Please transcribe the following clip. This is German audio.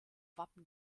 wappen